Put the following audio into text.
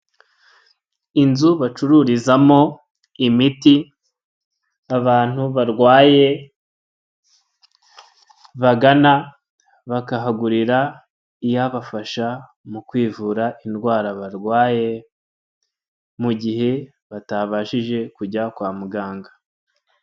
Inzu bacururizamo imiti abantu barwaye bagana bakahagurira iyabafasha mu kwivura indwara barwaye mu gihe batabashije kujya kwa muganga.